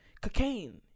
Cocaine